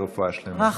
לרפואה שלמה.